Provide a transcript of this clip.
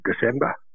December